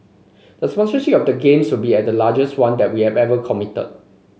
the sponsorship of the Games will be at the largest one that we have ever committed